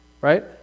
Right